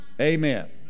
Amen